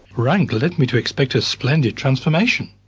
rank led me to expect a splendid transformation.